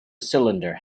cylinder